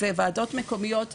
זה ועדות מקומיות מראש.